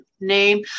name